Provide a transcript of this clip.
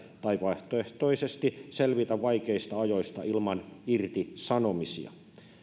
tai vaihtoehtoisesti selvitä vaikeista ajoista ilman irtisanomisia